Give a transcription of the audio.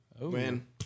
Win